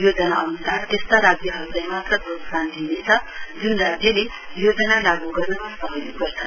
योजना अन्सार त्यस्ता राज्यहरूलाई मात्र प्रोत्साहन दिइनेछ ज्न राज्यले योजना लागू गर्नमा सहयोग गर्छन्